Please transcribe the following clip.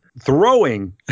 throwing